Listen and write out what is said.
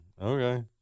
Okay